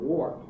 War